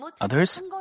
Others